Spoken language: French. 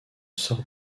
sorte